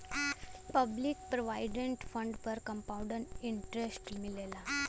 public provident fund पर compound interest मिलला